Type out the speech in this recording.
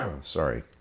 Sorry